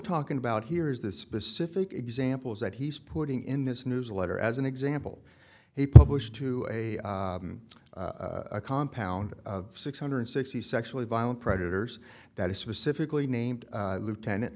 talking about here is the specific examples that he's putting in this newsletter as an example he published to a compound of six hundred and sixty sexually violent predators that is specifically named lieutenant